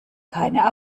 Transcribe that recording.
keine